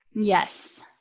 yes